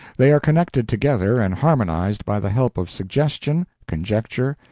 they are connected together and harmonized by the help of suggestion, conjecture,